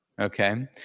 Okay